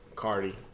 Cardi